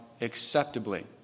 acceptably